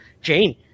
jane